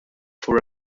for